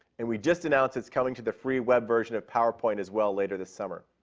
and we just announced it's coming to the free web version of powerpoint as well later this summer.